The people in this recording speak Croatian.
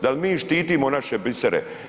Dal' mi štitimo naše bisere?